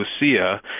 Lucia